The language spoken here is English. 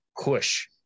push